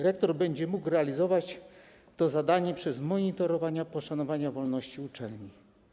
Rektor będzie mógł realizować to zadanie przez monitorowanie poszanowania wolności uczelni.